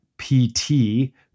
PT